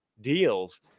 deals